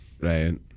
Right